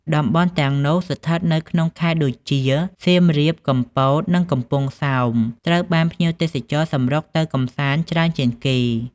តំបន់ទាំងនោះស្ថិតនៅក្នុងខេត្តដូចជា សៀមរាប កំពត និងកំពង់សោម ត្រូវបានភ្ញៀវទេសចរណ៍សម្រុកទៅកម្សាន្តច្រើនជាងគេ។